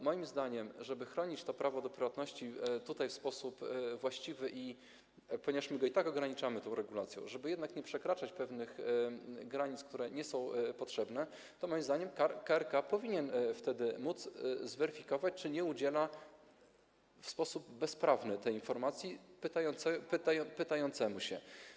Moim zdaniem, żeby tutaj chronić to prawo do prywatności w sposób właściwy, ponieważ my go i tak ograniczamy tą regulacją, żeby jednak nie przekraczać pewnych granic, które nie są potrzebne, to KRK powinien wtedy móc zweryfikować, czy nie udziela w sposób bezprawny tej informacji pytającemu się.